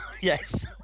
yes